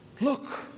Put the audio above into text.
Look